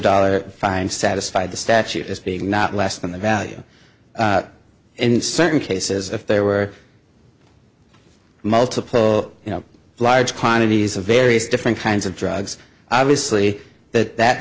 dollars fine satisfy the statute as being not less than the value in certain cases if there were multiple you know large quantities of various different kinds of drugs obviously that that